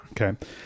Okay